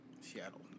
Seattle